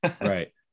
Right